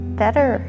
better